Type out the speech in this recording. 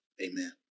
Amen